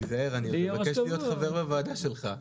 תיזהר, אני עוד אבקש להיות חבר בוועדה שלך.